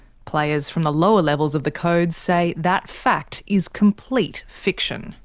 players from the lower levels of the codes say that fact is complete fiction.